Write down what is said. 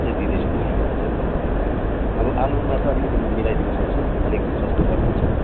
चाहिँ दिँदैछु म यहाँबाट चाहिँ अब आलुमा चाहिँ म अलिकति म मिलाइदिन सक्छु अलिक सस्तो गरिदिनु सक्छु